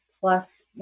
plus